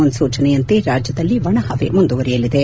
ಮುನ್ಸೂಚನೆಯಂತೆ ರಾಜ್ಯದಲ್ಲಿ ಒಣಹವೆ ಮುಂದುವರಿಯಲಿದೆ